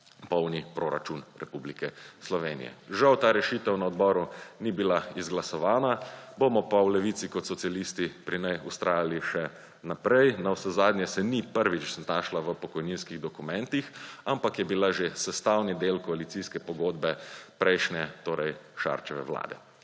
polni proračun Republike Slovenije. Žal ta rešitev na odboru ni bila izglasovana. Bomo pa v Levici kot socialisti pri njej vztrajali še naprej. Navsezadnje se ni prvič znašla v pokojninskih dokumentih, ampak je bila že sestavni del koalicijske pogodbe prejšnje, torej Šarčeve vlade.